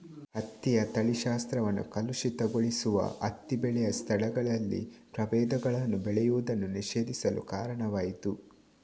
ಹತ್ತಿಯ ತಳಿಶಾಸ್ತ್ರವನ್ನು ಕಲುಷಿತಗೊಳಿಸುವ ಹತ್ತಿ ಬೆಳೆಯ ಸ್ಥಳಗಳಲ್ಲಿ ಪ್ರಭೇದಗಳನ್ನು ಬೆಳೆಯುವುದನ್ನು ನಿಷೇಧಿಸಲು ಕಾರಣವಾಯಿತು